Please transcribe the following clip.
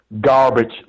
garbage